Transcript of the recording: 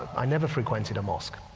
i never frequented a mosque.